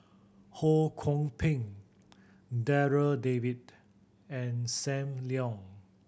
Ho Kwon Ping Darryl David and Sam Leong